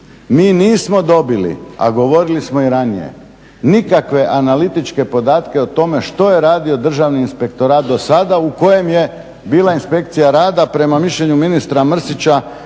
mi nismo dobili a govorili smo i ranije nikakve analitičke podatke o tome što je radio Državni inspektorat do sada u kojem je bila inspekcija rada, prema mišljenju ministra Mrsića